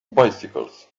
bicycles